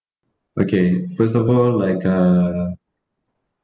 okay first of all like uh